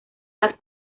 las